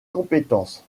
compétences